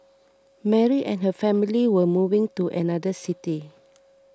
Mary and her family were moving to another city